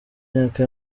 myaka